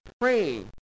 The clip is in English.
pray